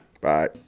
Bye